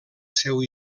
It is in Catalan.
seu